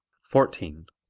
fourteen.